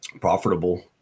profitable